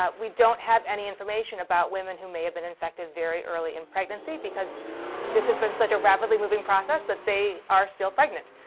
ah we don't have any information about women who may have been infected very early in pregnancy, because this has been such a rapidly moving process that they are still pregnant.